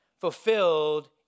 fulfilled